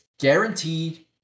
guaranteed